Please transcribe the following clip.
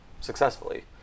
successfully